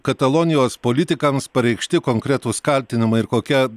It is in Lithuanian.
katalonijos politikams pareikšti konkretūs kaltinimai ir kokia